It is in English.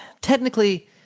technically